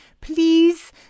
please